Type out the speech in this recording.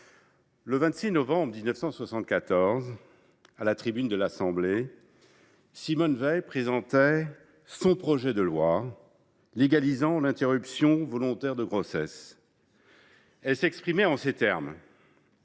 le 26 novembre 1974, à la tribune de l’Assemblée nationale, Simone Veil présentait son projet de loi légalisant l’interruption volontaire de grossesse. Elle s’exprimait en ces termes